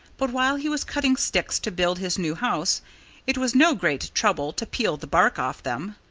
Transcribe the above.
but while he was cutting sticks to build his new house it was no great trouble to peel the bark off them.